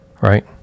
Right